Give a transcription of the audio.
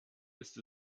ist